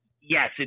yes